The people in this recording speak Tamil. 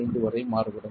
5 வரை மாறுபடும்